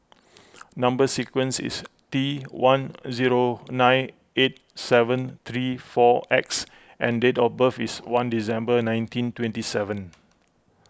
Number Sequence is T one zero nine eight seven three four X and date of birth is one December nineteen twenty seven